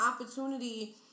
opportunity